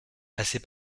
assez